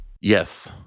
Yes